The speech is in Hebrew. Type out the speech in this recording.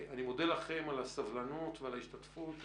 אני מודה לכם על הסבלנות וההשתתפות.